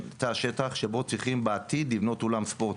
אעביר את זכות הדיבור לאנשי מבקר המדינה.